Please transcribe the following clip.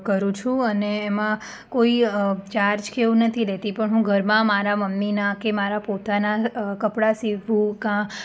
કરું છું અને એમાં કોઈ ચાર્જ કે એવું નથી લેતી પણ હું ઘરમાં મારા મમ્મીનાં કે મારા પોતાનાં કપડાં સીવવું કાં